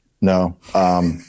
No